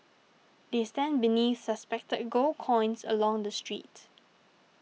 they stand beneath suspended gold coins along the street